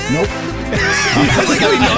Nope